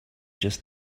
just